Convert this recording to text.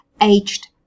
aged